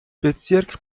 bezirk